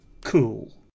cool